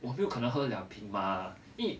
我没有可能喝两瓶吗因